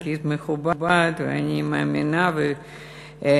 תפקיד מכובד, ואני מאמינה ובטוחה